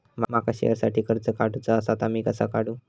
माका शेअरसाठी कर्ज काढूचा असा ता मी कसा काढू?